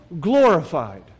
glorified